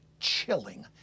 chilling